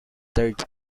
third